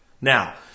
Now